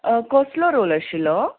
कसलो रोल आशिल्लो